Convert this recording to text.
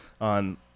on